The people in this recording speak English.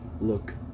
look